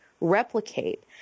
replicate